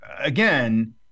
again